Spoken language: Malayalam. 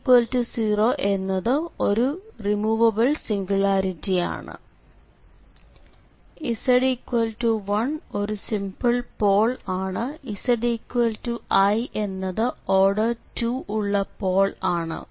z0 എന്നത് ഒരു റിമൂവബിൾ സിംഗുലാരിറ്റി ആണ് z1 ഒരു സിംപിൾ പോൾ ആണ് zi എന്നത് ഓർഡർ 2 ഉള്ള പോൾ ആണ്